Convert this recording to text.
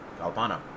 Kalpana